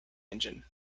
engine